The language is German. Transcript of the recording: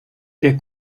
der